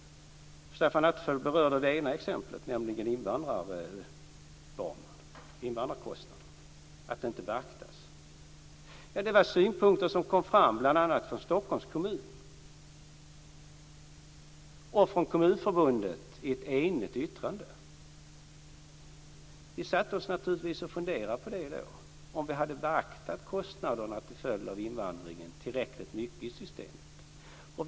Stefan Attefall berörde det ena exemplet, nämligen att invandrarkostnaderna inte beaktas. Det var synpunkter som kom fram bl.a. från Stockholms kommun och från Kommunförbundet i ett enigt yttrande. Vi satte oss då naturligtvis och funderade på om vi hade beaktat kostnaderna till följd av invandringen tillräckligt mycket i systemet.